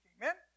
Amen